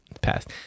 past